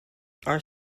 are